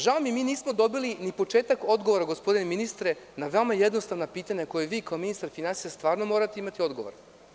Žao mi je što nismo dobili ni početak odgovora, gospodine ministre, na veoma jednostavna pitanja, na koja vi kao ministar finansija stvarnomorate imati odgovore.